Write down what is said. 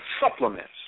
supplements